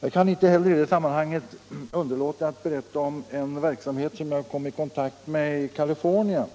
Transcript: I det här sammanhanget kan jag inte heller underlåta att berätta om en verksamhet som jag kom i kontakt med i Californien.